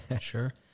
Sure